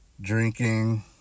drinking